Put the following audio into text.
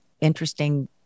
interesting